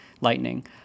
Lightning